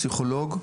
פסיכולוג,